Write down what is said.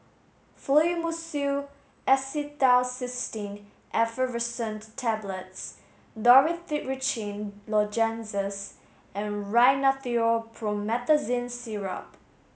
Fluimucil Acetylcysteine Effervescent Tablets Dorithricin Lozenges and Rhinathiol Promethazine Syrup